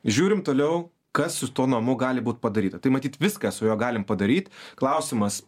žiūrim toliau kas su tuo namu gali būt padaryta tai matyt viską su juo galim padaryt klausimas